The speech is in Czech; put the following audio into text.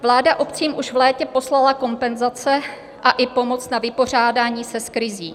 Vláda obcím už v létě poslala kompenzace a i pomoc na vypořádání se s krizí.